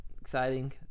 Exciting